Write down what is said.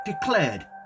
declared